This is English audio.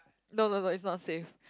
no no no is not safe